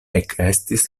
ekestis